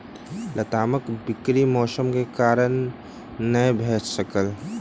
लतामक बिक्री मौसम के कारण नै भअ सकल